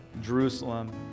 Jerusalem